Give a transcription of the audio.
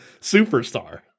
superstar